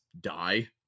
die